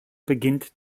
beginnt